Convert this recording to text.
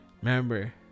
remember